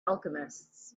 alchemists